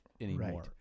anymore